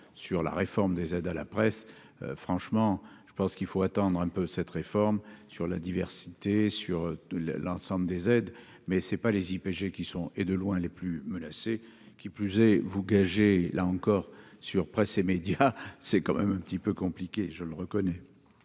sur la réforme des aides à la presse, franchement, je pense qu'il faut attendre un peu, cette réforme sur la diversité sur l'ensemble des aides mais c'est pas les IPG qui sont et de loin les plus menacés, qui plus est vous gagez là encore sur Presse et médias, c'est quand même un petit peu compliqué, je le reconnais,